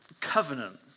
covenant